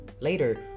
Later